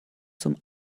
zum